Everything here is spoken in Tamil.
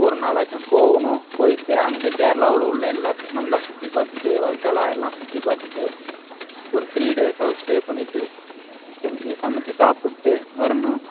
ஒரு நாளாச்சும் போகணும் போய்ட்டு அங்கே கேரளாவில் உள்ள எல்லாத்தையும் நல்லா சுற்றி பார்த்துட்டு வர்கலா எல்லாம் சுற்றி பார்த்துட்டு ஒரு த்ரீ டேஸாவுது ஸ்டே பண்ணிட்டு செஞ்சு சமைச்சி சாப்பிட்டு வரணும்